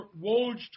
Woj